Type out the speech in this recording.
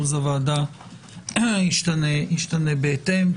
לו"ז הוועדה ישתנה בהתאם.